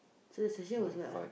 so this actually was what ah